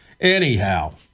Anyhow